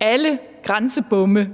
alle grænsebomme